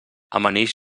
amanix